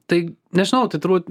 tai nežinau tai turbūt